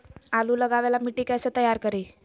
आलु लगावे ला मिट्टी कैसे तैयार करी?